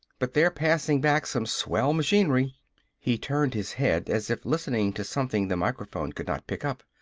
but they're passin' back some swell machinery he turned his head as if listening to something the microphone could not pick up.